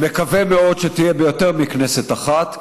אני מקווה מאוד שתהיה ביותר מכנסת אחת,